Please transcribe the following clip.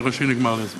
אני רואה שנגמר לי הזמן.